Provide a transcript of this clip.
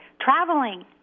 traveling